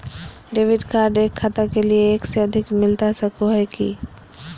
Debit card एक खाता के लिए एक से अधिक मिलता सको है की?